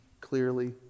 clearly